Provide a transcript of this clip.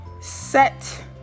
set